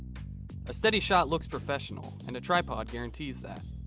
a steady shot looks professional, and a tripod guarantees that.